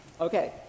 Okay